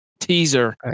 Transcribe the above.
Teaser